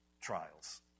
trials